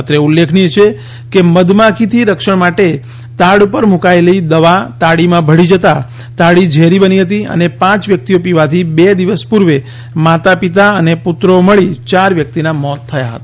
અત્રે ઉલ્લેખનીય છે કે મધમાખીથી રક્ષણ માટે તાડ ઉપર મુકાયેલ દવા તાડીમાં ભળી જતા તાડી ઝેરી બની હતી અને પાંચ વ્યક્તિઓ પીવાથી બે દિવસ પૂર્વે માતા પિતા અને પુત્રો મળી ચાર વ્યક્તિનાં મોત થયા હતા